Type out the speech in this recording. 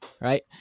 right